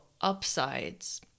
upsides